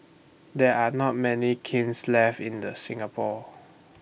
there are not many kilns left in Singapore